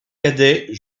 cadet